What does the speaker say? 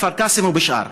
בכפר-קאסם ובשאר.